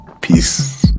Peace